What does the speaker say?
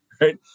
right